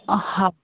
हा